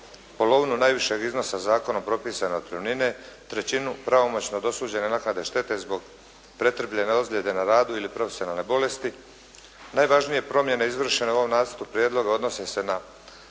polovinu najvišeg iznosa zakonom propisane otpremnine, trećinu pravomoćno dosuđene naknade štete zbog pretrpljene ozljede na radu ili profesionalne bolesti. Najvažnije promjene izvršene u ovom nacrtu prijedloga odnose se na,